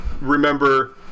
remember